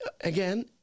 again